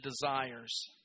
desires